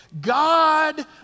God